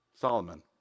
Solomon